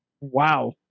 Wow